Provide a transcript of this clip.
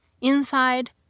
inside